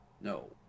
No